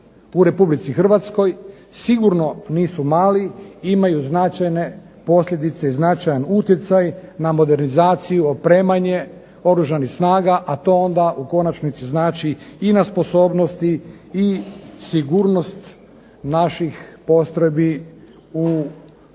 U RH sigurno nisu mali i imaju značajne posljedice i značajan utjecaj na modernizaciju, opremanje Oružanih snaga, a to onda u konačnici znači i na sposobnosti i sigurnost naših postrojbi u zahtjevnim